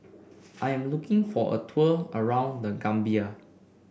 I'm looking for a tour around The Gambia